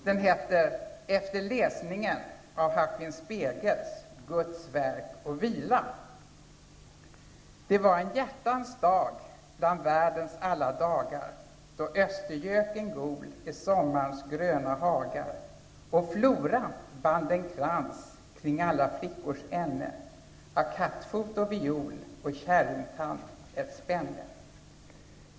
Den heter Efter läsningen av Det var en hjärtans dag bland världens alla dagar då östergöken gol i sommarns gröna hagar och Flora band en krans kring alla flickors änne av kattfot och viol och käringtand ett spänne.